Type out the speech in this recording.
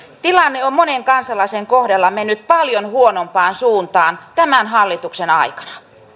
tilanne on monen kansalaisen kohdalla mennyt paljon huonompaan suuntaan tämän hallituksen aikana